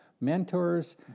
mentors